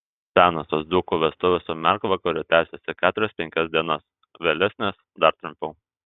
senosios dzūkų vestuvės su mergvakariu tęsėsi keturias penkias dienas vėlesnės dar trumpiau